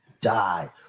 die